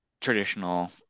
traditional